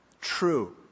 True